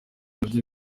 ntabwo